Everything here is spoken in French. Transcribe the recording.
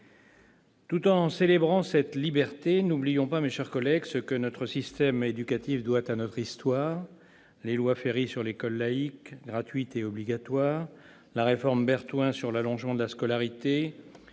Tout en célébrant cette liberté, n'oublions pas, mes chers collègues, ce que notre système éducatif doit à notre histoire. Les lois Ferry sur l'école laïque, gratuite et obligatoire, la réforme Berthoin sur l'allongement de la scolarité,